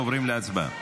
עוברים להצבעה.